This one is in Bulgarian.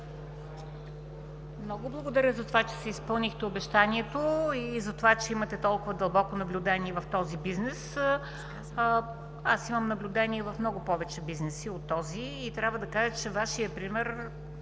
Много благодаря за това, че си изпълнихте обещанието, и за това, че имате толкова дълбоко наблюдение в този бизнес. Аз имам наблюдение в много повече бизнеси от този и трябва да кажа, че Вашият пример